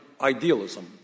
idealism